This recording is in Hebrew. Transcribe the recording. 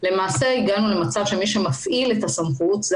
למעשה הגענו למצב שמי שמפעיל את הסמכות זה